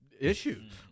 issues